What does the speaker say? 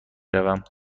روم